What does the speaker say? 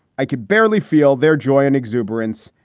i could barely feel their joy and exuberance.